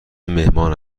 مهمان